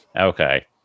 okay